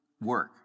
work